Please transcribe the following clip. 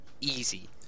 easy